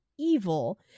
evil